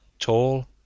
tall